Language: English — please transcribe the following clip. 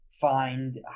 find